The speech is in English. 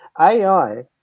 AI